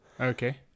Okay